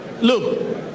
Look